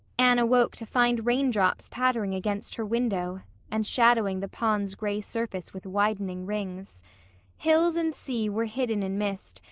anne awoke to find raindrops pattering against her window and shadowing the pond's gray surface with widening rings hills and sea were hidden in mist,